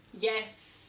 Yes